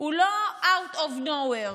הוא לא out of nowhere,